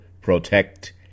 protect